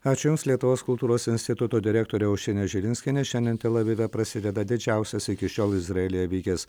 ačiū jums lietuvos kultūros instituto direktorė aušrinė žilinskienė šiandien tel avive prasideda didžiausias iki šiol izraelyje vykęs